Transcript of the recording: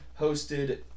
hosted